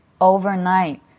overnight